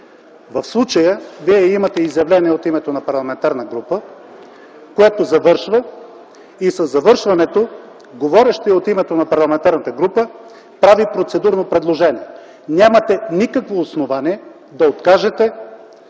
В случая имате изявление от името на парламентарна група, което завършва, и със завършването говорещият от името на парламентарната група прави процедурно предложение. Нямате никакво основание да откажете